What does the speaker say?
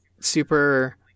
super